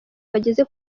bageze